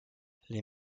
les